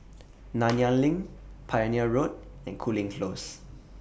Nanyang LINK Pioneer Road and Cooling Close